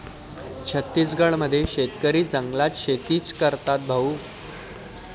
छत्तीसगड मध्ये शेतकरी जंगलात शेतीच करतात भाऊ